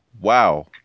Wow